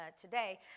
today